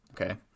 Okay